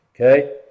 okay